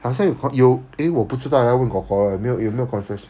好像有 eh 我不知道要问 kor kor 了有没有有没有 concession